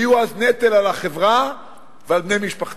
הם יהיו אז נטל על החברה ועל בני משפחתם.